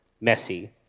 messy